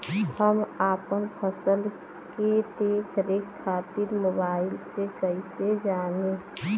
हम अपना फसल के देख रेख खातिर मोबाइल से कइसे जानी?